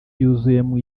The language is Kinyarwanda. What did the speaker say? yuzuyemo